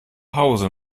hause